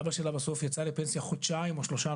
אבא שלה בסוף יצא לפנסיה חודשיים או שלושה,